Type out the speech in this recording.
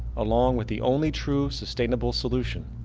along with the only true sustainable solution,